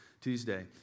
Tuesday